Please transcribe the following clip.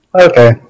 okay